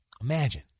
imagine